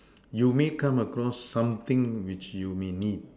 you may come across something which you may need